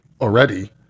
already